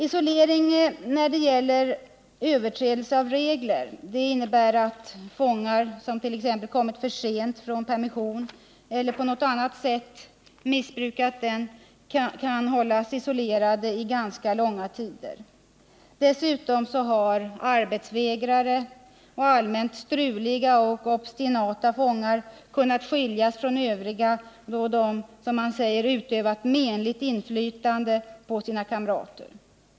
Isolering vid överträdelse av regler innebär att fångar som t.ex. kommit för sent vid permission eller som på något annat sätt missbrukat permissionen kan hållas isolerade ganska lång tid. Dessutom har arbetsvägrare, allmänt ”struliga” och obstinata fångar kunnat skiljas från de övriga, då de ”utövat menligt inflytande på sina kamrater”.